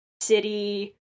city